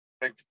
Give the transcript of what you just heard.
big